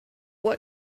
what